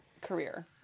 career